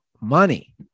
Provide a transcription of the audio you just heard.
money